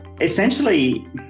Essentially